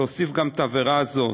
להוסיף גם את העבירה הזאת,